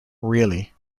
really